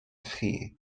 chi